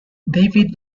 david